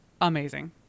Amazing